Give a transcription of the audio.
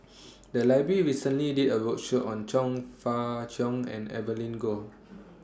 The Library recently did A roadshow on Chong Fah Cheong and Evelyn Goh